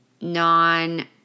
non